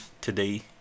today